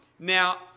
Now